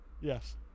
yes